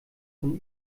von